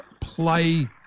play